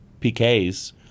pks